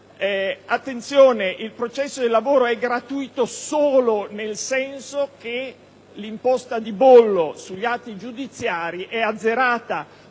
Attenzione: il processo del lavoro è gratuito solo nel senso che l'imposta di bollo sugli atti giudiziari è azzerata,